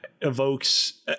evokes